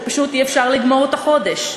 שפשוט אי-אפשר לגמור את החודש.